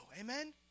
Amen